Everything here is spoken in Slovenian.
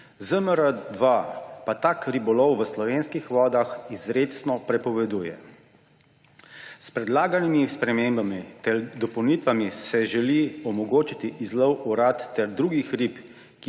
ZMR- 2 pa tak ribolov v slovenskih vodah izrecno prepoveduje. S predlaganimi spremembami ter dopolnitvami se želi omogočiti izlov orad ter drugih rib,